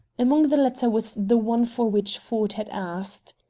among the latter was the one for which ford had asked.